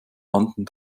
rannten